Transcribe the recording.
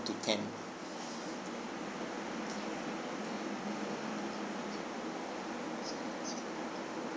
to ten